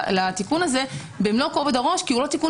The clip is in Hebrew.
לתיקון הזה במלוא כובד הראש כי הוא לא תיקון